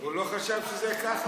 הוא לא חשב שזה ככה?